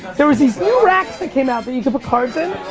there were these little racks that came out that you could put cards in,